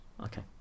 okay